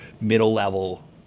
middle-level